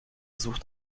sucht